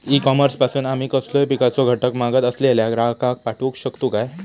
E commerce पासून आमी कसलोय पिकाचो घटक मागत असलेल्या ग्राहकाक पाठउक शकतू काय?